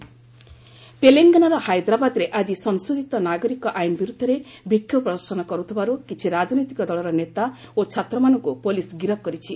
Telangana arrest ତେଲେଙ୍ଗାନାର ହାଇଦ୍ରାବାଦରେ ଆଜି ସଂଶୋଧିତ ନାଗରିକ ଆଇନ୍ ବିରୁଦ୍ଧରେ ବିକ୍ଷୋଭ ପ୍ରଦର୍ଶନ କରୁଥିବାରୁ କିଛି ରାଜନୈତିକ ଦଳର ନେତା ଓ ଛାତ୍ରମାନଙ୍କୁ ପୁଲିସ୍ ଗିରଫ୍ କରିଛି